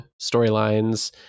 storylines